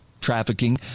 trafficking